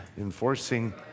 Enforcing